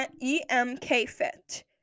E-M-K-FIT